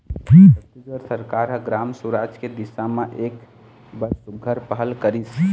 छत्तीसगढ़ सरकार ह ग्राम सुराज के दिसा म एक बड़ सुग्घर पहल करिस